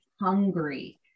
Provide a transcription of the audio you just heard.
hungry